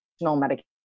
medication